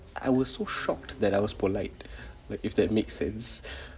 I was so shocked that I was polite but if that makes sense